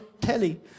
telly